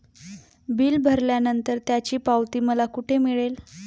Bill भरल्यानंतर त्याची पावती मला कुठे मिळेल?